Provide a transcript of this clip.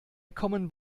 common